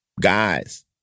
Guys